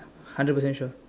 hundred percent sure